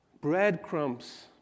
Breadcrumbs